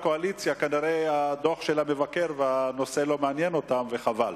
כנראה הדוח של המבקר והנושא לא מעניין אותם, וחבל.